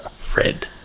Fred